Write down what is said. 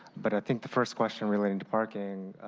but i think the first question related to parking,